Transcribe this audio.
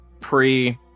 pre